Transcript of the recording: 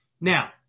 Now